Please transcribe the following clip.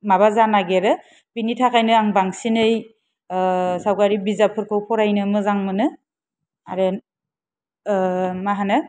माबा जानो नागिरो बिनि थाखायनो आं बांसिनै सावगारि बिजाबफोरखौ फरायनो मोजां मोनो आरो मा होनो